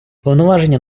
повноваження